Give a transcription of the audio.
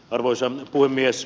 arvoisa puhemies